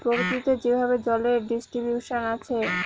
প্রকৃতিতে যেভাবে জলের ডিস্ট্রিবিউশন আছে